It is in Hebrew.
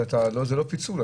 זה לא פיצול,